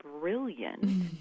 brilliant